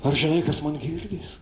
ar žinai kas man girdis